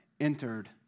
entered